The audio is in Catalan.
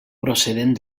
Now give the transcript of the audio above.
procedent